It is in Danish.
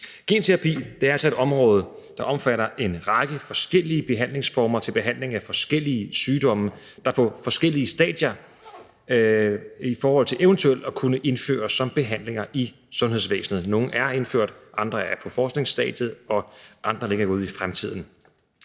Genterapi er altså et område, der omfatter en række forskellige behandlingsformer til behandling af forskellige sygdomme, der er på forskellige stadier i forhold til eventuelt at kunne indføres som behandlinger i sundhedsvæsenet. Nogle er indført, andre er på forskningsstadiet, og andre ligger ude i fremtiden.